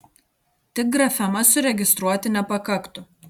tik grafemas suregistruoti nepakaktų